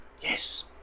Yes